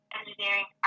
engineering